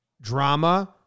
drama